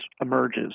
emerges